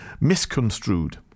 misconstrued